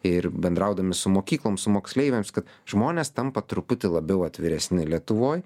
ir bendraudami su mokyklom su moksleiviams kad žmonės tampa truputį labiau atviresni lietuvoj